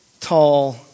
tall